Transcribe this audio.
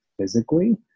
physically